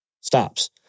stops